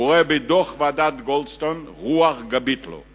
הוא רואה בדוח ועדת גולדסטון רוח גבית לו,